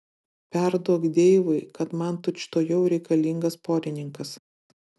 perduok deivui kad man tučtuojau reikalingas porininkas